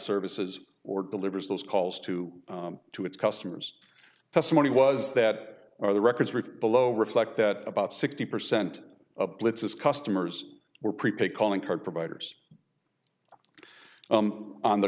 services or delivers those calls to to its customers testimony was that the records were below reflect that about sixty percent of blitzes customers were prepaid calling card providers on the